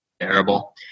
terrible